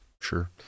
Sure